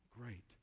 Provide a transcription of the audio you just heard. great